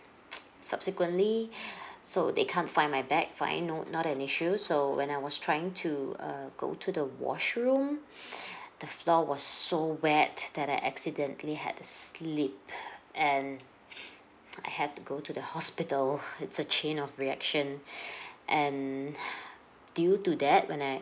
subsequently so they can't find my bag fine no not an issue so when I was trying to err go to the washroom the floor was so wet that I accidentally had a slip and I have to go to the hospital it's a chain of reaction and due to that when I